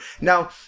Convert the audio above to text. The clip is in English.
Now